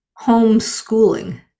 Homeschooling